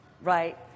right